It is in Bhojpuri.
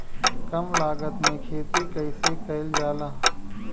कम लागत में खेती कइसे कइल जाला?